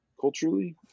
culturally